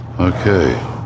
Okay